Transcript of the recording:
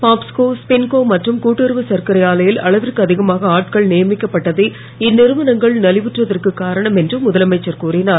பாப்ஸ்கோ ஸ்பின்கோ மற்றும் கூட்டுறவு சர்க்கரை ஆலையில் அளவிற்கு அதிகமாக ஆட்கள் நியமிக்கப்பட்டதே இந்நிறுவனங்கள் நவிவுற்றதற்கு காரணம் என்று முதலமைச்சர் கூறினார்